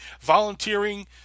volunteering